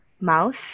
mouse